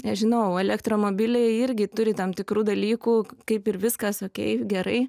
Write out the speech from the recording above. nežinau elektromobiliai irgi turi tam tikrų dalykų kaip ir viskas okay gerai